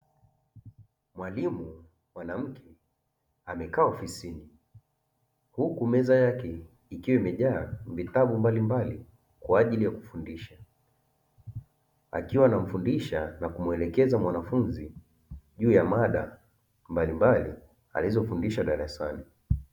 Mwalimu mwanamke amekaa ofisini huku meza yake ikiwa imejaa vitabu mbalimbali kwa ajili ya kufundisha, akiwa anamfundisha na kumuelekeza mwanafunzi juu ya mada mbalimbali alizofundisha darasani.